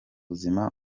buzima